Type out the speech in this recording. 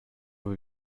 will